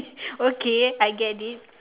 okay I get it